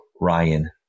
Ryan